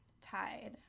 tied